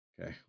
Okay